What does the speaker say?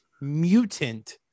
mutant